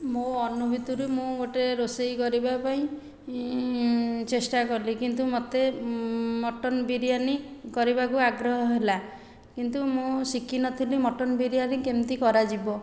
ମୋ ଅନୁଭୂତିରୁ ମୁଁ ଗୋଟିଏ ରୋଷେଇ କରିବା ପାଇଁ ଚେଷ୍ଟା କଲି କିନ୍ତୁ ମୋତେ ମଟନ ବିରିୟାନି କରିବାକୁ ଆଗ୍ରହ ହେଲା କିନ୍ତୁ ମୁଁ ଶିଖିନଥିଲି ମଟନ ବିରିୟାନି କେମିତି କରାଯିବ